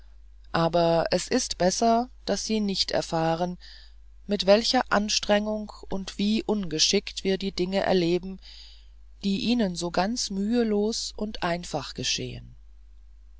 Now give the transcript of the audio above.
aber es ist besser daß sie nicht erfahren mit welcher anstrengung und wie ungeschickt wir die dinge erleben die ihnen so ganz mühelos und einfach geschehen